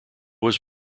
was